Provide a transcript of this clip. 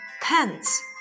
Pants